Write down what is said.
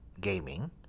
gaming